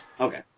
Okay